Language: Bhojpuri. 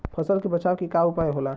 फसल के बचाव के उपाय का होला?